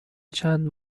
چند